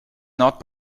not